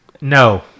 No